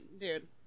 dude